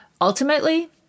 Ultimately